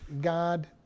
God